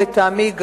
לטעמי,